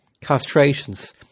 castrations